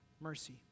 mercy